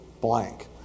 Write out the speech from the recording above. blank